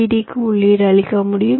டிக்கு உள்ளீடு அளிக்க முடியும்